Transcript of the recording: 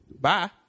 bye